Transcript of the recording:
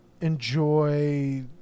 enjoy